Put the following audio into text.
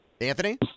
Anthony